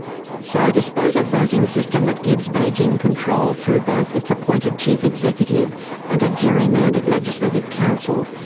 so despite a voting system that gives beijing control through both its appointed chief executive and a gerrymandered legislative council,